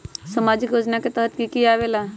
समाजिक योजना के तहद कि की आवे ला?